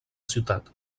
ciutat